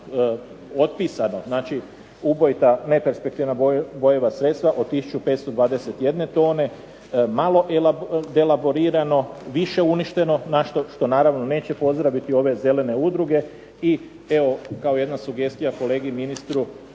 otpisano, znači ubojita neperspektivna …/Govornik udaljen od mikrofona./… sredstva od tisuću 521 tone, malo elaborirano, više uništeno što naravno neće pozdraviti ove zelene udruge i evo, kao jedna sugestija kolegi ministru,